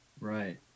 Right